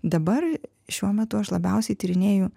dabar šiuo metu aš labiausiai tyrinėju